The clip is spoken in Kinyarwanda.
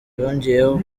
yongeyeho